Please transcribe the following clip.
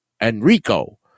Enrico